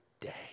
day